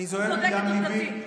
אני זועק מדם ליבי.